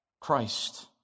Christ